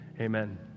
amen